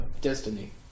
Destiny